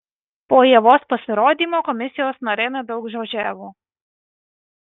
po ievos pasirodymo komisijos nariai nedaugžodžiavo